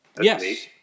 Yes